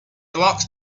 blocks